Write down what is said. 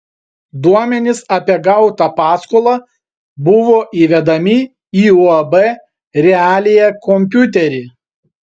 duomenys apie gautą paskolą buvo įvedami į uab realija kompiuterį